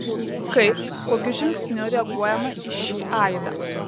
kaip kokiu žingsniu reaguojama į šį aidą